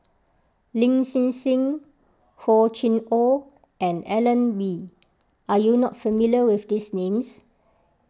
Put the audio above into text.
Lin Hsin Hsin Hor Chim or and Alan Oei Are you not familiar with these names